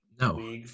No